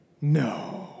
No